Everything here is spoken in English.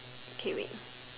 okay wait